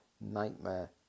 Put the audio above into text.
nightmare